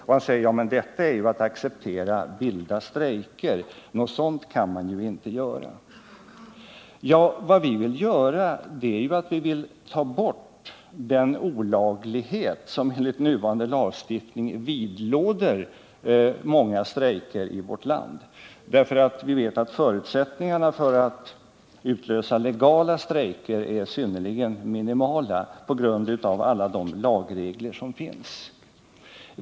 Och han säger: ”Men det är ju att acceptera vilda strejker! Något sådant kan man inte göra.” Vad vi vill göra är att ta bort den olaglighet som enligt nuvarande lagstiftning vidlåder många strejker i vårt land. Vi vet ju att förutsättningarna för att utlösa legala strejker är synnerligen minimala på grund av alla de lagregler som finns.